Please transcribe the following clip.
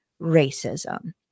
racism